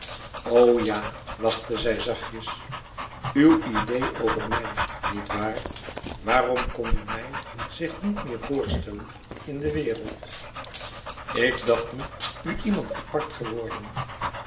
ja lachte zij zachtjes uw idee over mij niet waar waarom kon u mij zich niet meer voorstellen in de wereld ik dacht me u iemand apart geworden